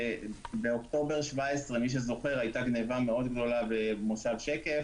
באוקטובר 2017 הייתה גניבה מאוד גדולה במוסד שקף,